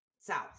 South